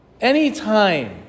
Anytime